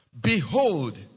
Behold